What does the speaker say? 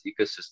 ecosystem